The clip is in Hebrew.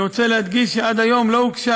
אני רוצה להדגיש שעד היום לא הוגשה